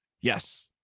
Yes